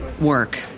work